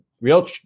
real